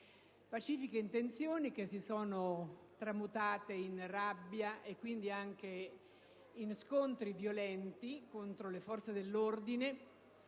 Pacifiche intenzioni che si sono tramutate in rabbia e quindi anche in scontri violenti contro le forze dell'ordine,